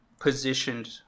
positioned